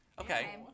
Okay